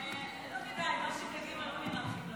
לא כדאי, מה שקדימה לא כדאי.